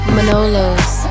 Manolo's